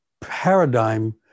paradigm